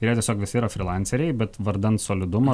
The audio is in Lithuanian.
jie tiesiog visi yra frylanceriai bet vardan solidumo